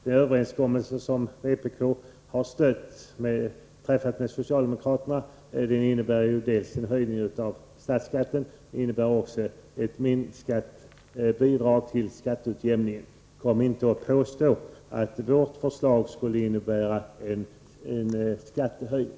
Den överenskommelse som vpk har träffat med socialdemokraterna innebär dels en höjning av statsskatten, dels minskade bidrag till skatteutjämning. Kom inte och påstå att vårt förslag skulle innebära en skattehöjning!